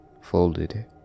folded